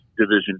division